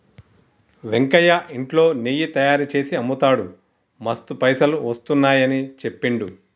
వెంకయ్య ఇంట్లో నెయ్యి తయారుచేసి అమ్ముతాడు మస్తు పైసలు వస్తున్నాయని చెప్పిండు